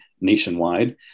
nationwide